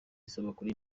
isabukuru